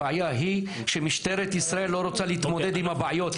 הבעיה היא שמשטרת ישראל לא רוצה להתמודד עם הבעיות,